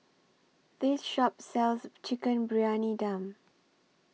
This Shop sells Chicken Briyani Dum